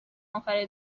اخر